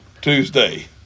Tuesday